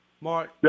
Mark